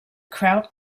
crowd